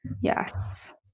Yes